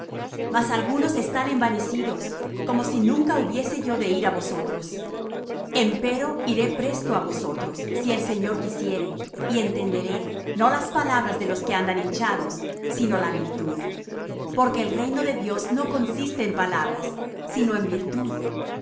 mas algunos están envanecidos como si nunca hubiese yo de ir á vosotros empero iré presto á vosotros si el señor quisiere y entenderé no las palabras de los que andan hinchados sino la virtud porque el reino de dios no consiste en palabras sino en virtud